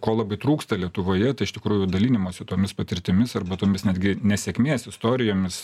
ko labai trūksta lietuvoje tai iš tikrųjų dalinimosi tomis patirtimis arba tomis netgi nesėkmės istorijomis